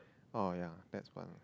oh ya that's one